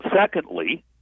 secondly